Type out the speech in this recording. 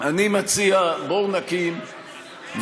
גם אני מבקשת, אני מציע, בואו נקים ועדה